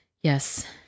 Yes